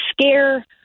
scare